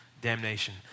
damnation